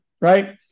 right